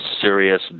serious